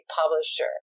publisher